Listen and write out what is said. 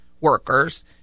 workers